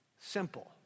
simple